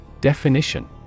Definition